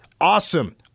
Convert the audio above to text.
awesome